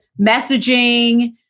messaging